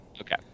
Okay